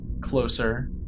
closer